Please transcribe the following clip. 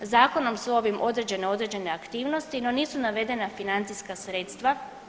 Zakonom su ovim određene određene aktivnosti no nisu navedena financijska sredstva.